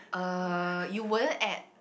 uh you wouldn't ate